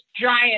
giant